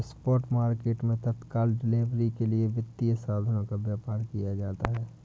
spot market मैं तत्काल delivery के लिए वित्तीय साधनों का व्यापार किया जाता है